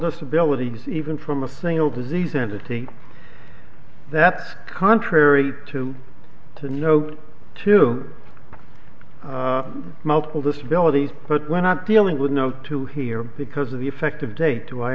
disabilities even from a single disease entity that's contrary to to to know multiple disabilities but we're not dealing with no two here because of the effective date to i